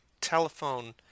telephone